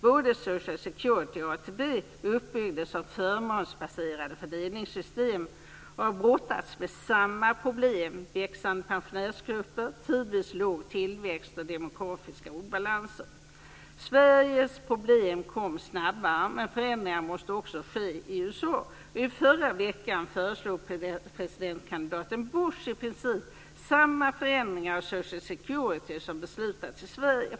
Både social security och ATP uppbyggdes som förmånsbaserade fördelningssystem, och har brottats med samma problem: växande pensionärsgrupper, tidvis låg tillväxt och demografiska obalanser. Sveriges problem kom snabbare, men förändringar måste också ske i USA. I förra veckan föreslog presidentkandidaten Bush i princip samma förändringar av social security som beslutats om i Sverige.